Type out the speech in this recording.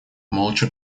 молча